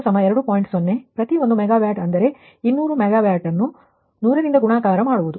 0 ಪ್ರತಿ ಒಂದು ಮೆಗಾವ್ಯಾಟ್ ಅಂದರೆ 200 ಮೆಗಾವ್ಯಾಟ್ಅನ್ನು 100 ರಿಂದ ಗುಣಾಕಾರ ಮಾಡುವುದು